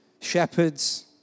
shepherds